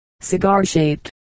cigar-shaped